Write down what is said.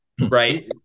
Right